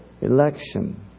election